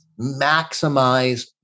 maximize